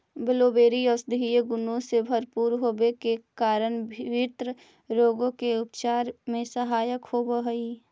blueberry औषधीय गुणों से भरपूर होवे के कारण विभिन्न रोगों के उपचार में सहायक होव हई